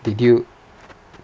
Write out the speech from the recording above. did you